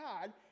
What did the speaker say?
God